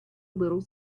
little